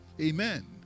Amen